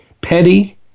petty